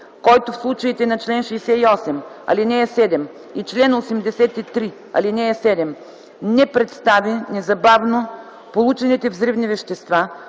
Който в случаите на чл. 68, ал. 7 и чл. 83, ал. 7 не предостави незабавно получените взривни вещества,